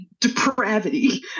depravity